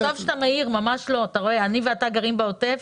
אני ואתה גרים בעוטף,